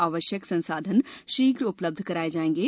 आवश्यक संसाधन शीघ्र उपलब्ध कराये जाएंगे